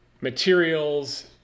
materials